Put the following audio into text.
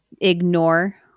ignore